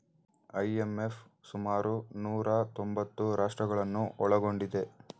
IMF ಸುಮಾರು ನೂರಾ ತೊಂಬತ್ತು ರಾಷ್ಟ್ರಗಳನ್ನು ಒಳಗೊಂಡಿದೆ